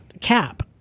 cap